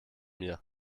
mir